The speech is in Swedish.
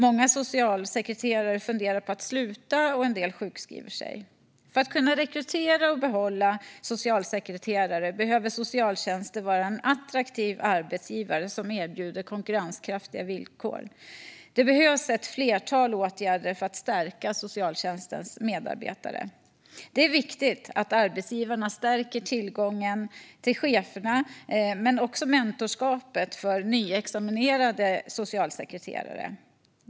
Många socialsekreterare funderar på att sluta, och en del sjukskriver sig. För att kunna rekrytera och behålla socialsekreterare behöver socialtjänsten vara en attraktiv arbetsgivare som erbjuder konkurrenskraftiga villkor. Det behövs ett flertal åtgärder för att stärka socialtjänstens medarbetare. Det är viktigt att arbetsgivarna stärker tillgången till cheferna, men också mentorskapet för nyexaminerade socialsekreterare är viktigt.